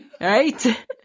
Right